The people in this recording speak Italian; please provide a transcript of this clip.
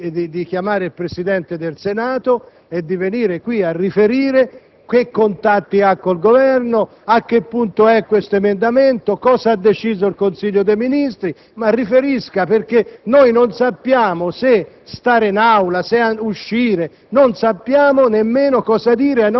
Io chiedo a lei di sospendere la seduta e di chiamare il Presidente del Senato, perché venga qui a riferire che contatti ha con il Governo, a che punto è questo emendamento, cosa ha deciso il Consiglio dei ministri. Riferisca, perché noi non sappiamo se